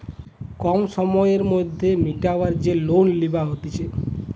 কম সময়ের মধ্যে মিটাবার যে লোন লিবা হতিছে